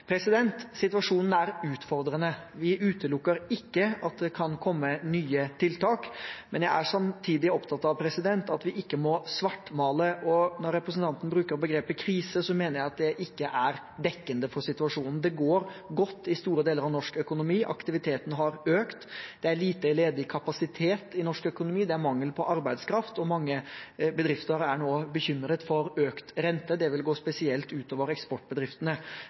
Situasjonen er utfordrende. Vi utelukker ikke at det kan komme nye tiltak, men jeg er samtidig opptatt av at vi ikke må svartmale. Når representanten bruker begrepet «krise», mener jeg at det ikke er dekkende for situasjonen. Det går godt i store deler av norsk økonomi. Aktiviteten har økt, det er lite ledig kapasitet i norsk økonomi, det er mangel på arbeidskraft, og mange bedrifter er nå bekymret for økt rente. Det vil gå spesielt ut over eksportbedriftene.